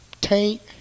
taint